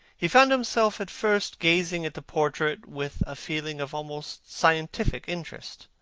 he found himself at first gazing at the portrait with a feeling of almost scientific interest.